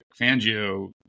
Fangio